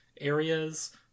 areas